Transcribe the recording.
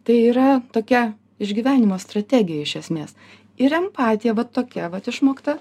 tai yra tokia išgyvenimo strategija iš esmės ir empatija vat tokia vat išmokta